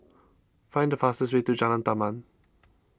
find the fastest way to Jalan Taman